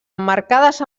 emmarcades